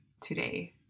today